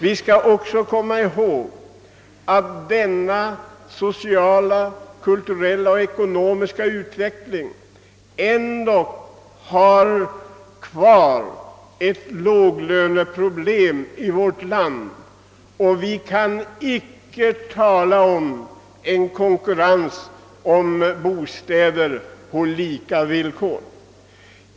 Vi skall också komma ihåg att det trots vår sociala, kulturella och ekonomiska utveckling kvarstår låglöneproblem, och vi kan inte tala om en konkurrens om bostäder på lika villkor.